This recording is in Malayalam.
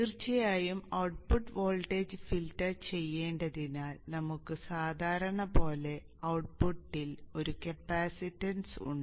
തീർച്ചയായും ഔട്ട്പുട്ട് വോൾട്ടേജ് ഫിൽട്ടർ ചെയ്യേണ്ടതിനാൽ നമുക്ക് സാധാരണ പോലെ ഔട്ട്പുട്ടിൽ ഒരു കപ്പാസിറ്റൻസ് ഉണ്ട്